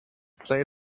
play